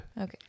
okay